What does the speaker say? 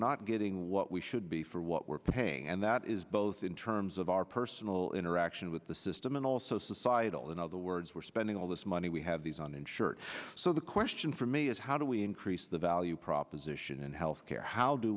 not getting what we should be for what we're paying and that is both in terms of our personal interaction with the system and also societal in other words we're spending all this money we have these uninsured so the question for me is how do we increase the value proposition in health care how do